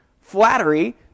flattery